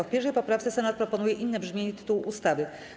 W 1. poprawce Senat proponuje inne brzmienie tytułu ustawy.